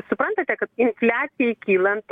suprantate kad infliacijai kylant